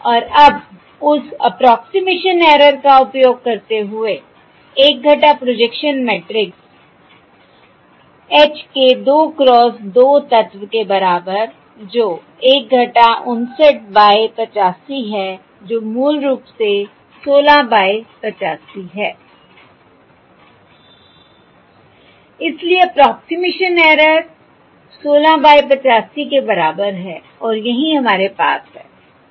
और अब उस अप्रोक्सिमेशन ऐरर का उपयोग करते हुए 1 प्रोजेक्शन मैट्रिक्स H के 2 क्रॉस 2 तत्व के बराबर जो 1 - 69 बाय 85 है जो मूल रूप से 16 बाय 85 हैI इसलिए अप्रोक्सिमेशन ऐरर 16 बाय 85 के बराबर है और यही हमारे पास है